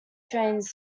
trains